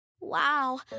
Wow